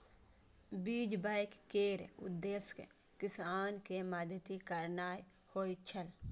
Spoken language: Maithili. बीज बैंक केर उद्देश्य किसान कें मदति करनाइ होइ छै